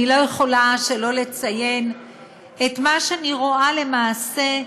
אני לא יכולה שלא לציין את מה שאני רואה, למעשה,